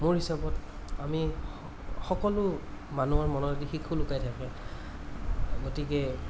মোৰ হিচাপত আমি সকলো মানুহৰ মনত এটি শিশু লুকাই থাকে গতিকে